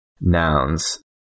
nouns